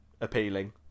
appealing